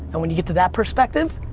and when you get to that perspective,